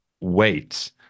wait